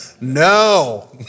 No